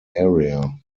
area